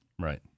Right